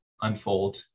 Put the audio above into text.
unfold